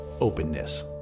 openness